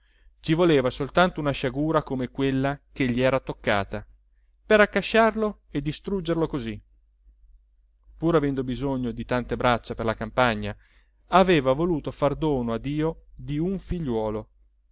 ci voleva soltanto una sciagura come quella che gli era toccata per accasciarlo e distruggerlo così pur avendo bisogno di tante braccia per la campagna aveva voluto far dono a dio di un figliuolo